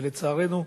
ולצערנו,